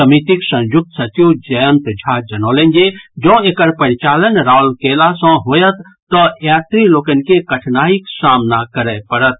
समितिक संयुक्त सचिव जयंत झा जनौलनि जे जौं एकर परिचालन राउरकेला सँ होयत तऽ यात्री लोकनि के कठिनाईक सामना करय पड़त